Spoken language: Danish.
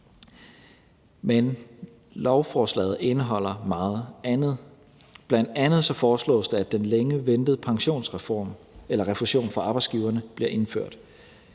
men lovforslaget indeholder meget andet. Det foreslås bl.a., at den længe ventede pensionsrefusion fra arbejdsgiverne bliver indført.